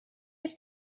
his